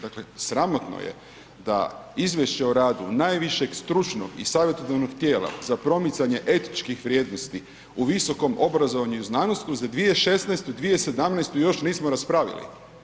Dakle sramotno je da izvješće o radu najvišeg stručnog i savjetodavnog tijela za promicanje etičkih vrijednosti u visokom obrazovanju i znanosti za 2016. i 2017. još nismo raspravili.